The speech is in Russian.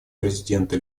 президента